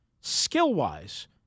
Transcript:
Skill-wise